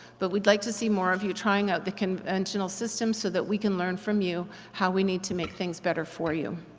but we'd like to see more of you trying out the conventional system so that we can learn from you how we need to make things better for you.